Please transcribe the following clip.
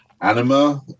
anima